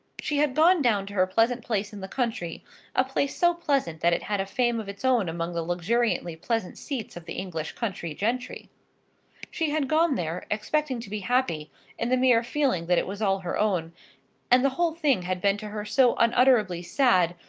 she had gone down to her pleasant place in the country a place so pleasant that it had a fame of its own among the luxuriantly pleasant seats of the english country gentry she had gone there, expecting to be happy in the mere feeling that it was all her own and the whole thing had been to her so unutterably sad,